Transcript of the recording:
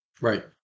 Right